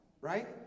right